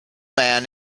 man